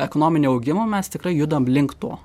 ekonominiu augimu mes tikrai judam link to